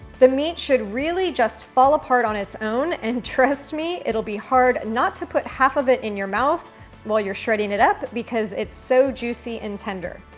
the meat should really just fall apart on its own. and trust me, it'll be hard not to put half of it in your mouth while you're shredding it up because it's so juicy and tender.